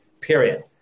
period